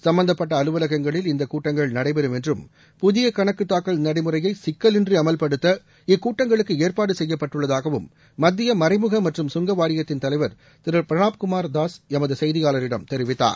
சும்பந்தப்பட்ட அலுவலகங்களில் இந்தக் கூட்டங்கள் நடைபெறும் என்றும் புதிய கணக்கு தூக்கல் நடைமுறையை சிக்கலின்றி அமல்படுத்த இக்கூட்டங்களுக்கு ஏற்பாடு செய்யப்பட்டுள்ளதாகவும் மத்திய மறைமுக மற்றும் கங்க வாரியத்தின் தலைவர் திரு பிரனாப் குமார் தாஸ் எமது செய்தியாளரிடம் தெரிவித்தார்